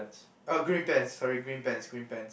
a green pants sorry green pants green pants